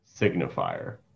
signifier